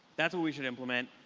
that's what we should implement.